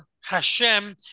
Hashem